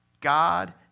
God